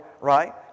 right